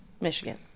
Michigan